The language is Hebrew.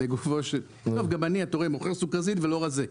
טוב, גם אני אתה רואה, מוכר סוכרזית ולא רזה.